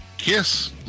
KISS